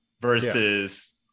versus